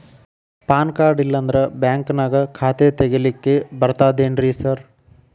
PAN card ಇಲ್ಲಂದ್ರ ಬ್ಯಾಂಕಿನ್ಯಾಗ ಖಾತೆ ತೆಗೆಲಿಕ್ಕಿ ಬರ್ತಾದೇನ್ರಿ ಸಾರ್?